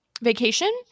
vacation